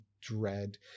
dread